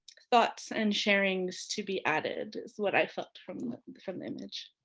thoughts and sharings to be added, is what i felt from from the image.